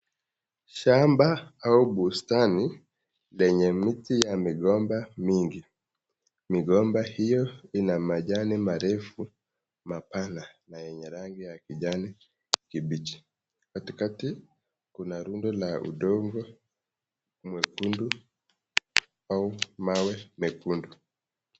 Shamba au bustani lenye miti ya migomba mingi. Migomba hiyo ina majani marefu mapana na yenye rangi ya kijani kibichi. Katikati kuna rundo la udongo mwekundu au mawe mekundu.